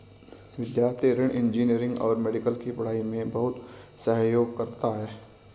विद्यार्थी ऋण इंजीनियरिंग और मेडिकल की पढ़ाई में बहुत सहयोग करता है